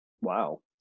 Wow